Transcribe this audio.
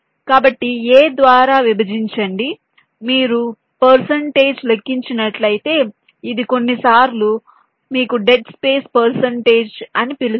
కాబట్టి A ద్వారా విభజించండి మీరు పర్శంటేజ్ లెక్కించినట్లయితే ఇది కొన్నిసార్లు మీరు డెడ్ స్పేస్ పర్శంటేజ్ అని పిలుస్తారు